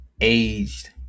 aged